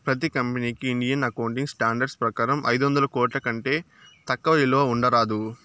ప్రతి కంపెనీకి Indian accounting standards ప్రకారం ఐదొందల కోట్ల కంటే తక్కువ విలువ ఉండరాదు